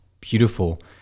beautiful